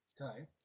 Okay